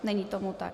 Není tomu tak.